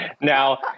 Now